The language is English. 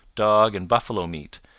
dog, and buffalo meat,